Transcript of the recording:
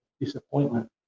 disappointment